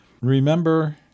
Remember